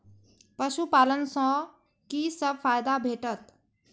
पशु पालन सँ कि सब फायदा भेटत?